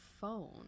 phone